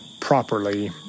properly